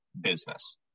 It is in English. business